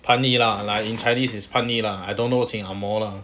叛逆 lah like in chinese is 叛逆 lah I don't know in ang moh lah